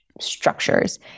structures